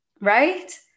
right